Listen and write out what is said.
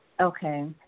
Okay